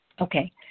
Okay